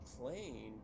plane